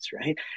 right